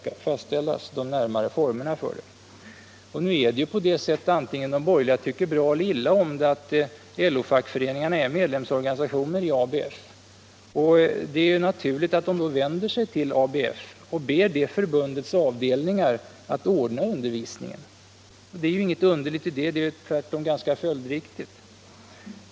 Nu är det så — antingen de borgerliga tycker bra eller illa om det —- att LO-fackföreningarna är medlemsorganisationer i ABF. Det är då naturligt att de vänder sig till ABF och ber det förbundets avdelningar att ordna undervisningen. Det är inget underligt i det, tvärtom är det ganska följdriktigt.